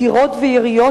דקירות ויריות,